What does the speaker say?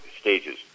stages